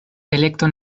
elekto